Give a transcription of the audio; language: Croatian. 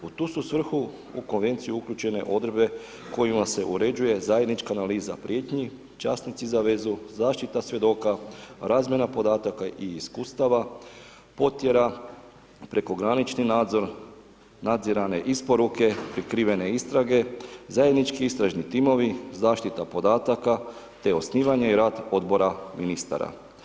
U tu su svrhu u konvenciju uključene odredbe kojima se uređuje zajednička analiza prijetnji, časnici za vezu, zaštita svjedoka, razmjena podataka i iskustava, potjera, prekogranični nadzor, nadzirane isporuke, prikrivene istrage, zajednički istražni timovi, zaštita podatka te osnivanje i rad odbora ministara.